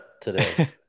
today